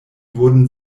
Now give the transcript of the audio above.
wurden